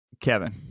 Kevin